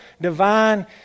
divine